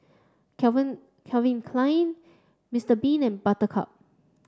Calvin Calvin Klein Mr bean and Buttercup